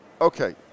Okay